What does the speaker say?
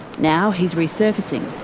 now he's resurfacing.